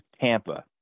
Tampa